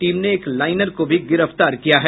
team ने एक liner को भी गिरफ्तार किया गया है